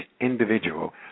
individual